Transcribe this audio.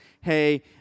hey